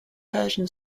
persian